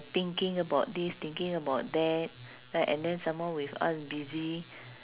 thinking about this thinking about that right and then some more with us busy